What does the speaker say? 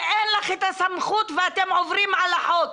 ואין לך את הסמכות ואתם עוברים על החוק.